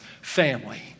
family